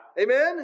Amen